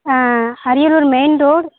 ah Ariyalur main road